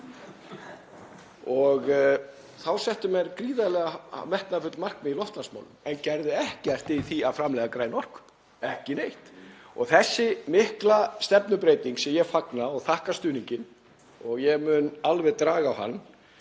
og þá settu menn gríðarlega metnaðarfull markmið í loftslagsmálum en gerðu ekkert í því að framleiða græna orku, ekki neitt. Þessi mikla stefnubreyting sem ég fagna og þakka stuðninginn, og ég mun alveg draga á hann,